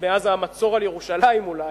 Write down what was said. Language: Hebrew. מאז המצור על ירושלים אולי,